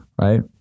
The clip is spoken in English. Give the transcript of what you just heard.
Right